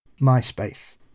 MySpace